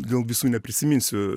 vėl visų neprisiminsiu